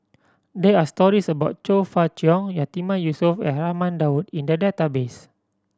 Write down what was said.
there are stories about Chong Fah Cheong Yatiman Yusof and Raman Daud in the database